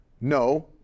no